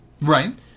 Right